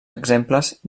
exemples